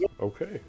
okay